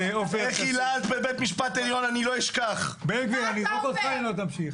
בן גביר, אני אוציא אותך אם תמשיך.